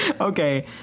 Okay